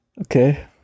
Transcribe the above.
Okay